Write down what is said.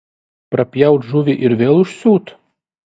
prapjaut žuvį ir vėl užsiūt